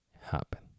happen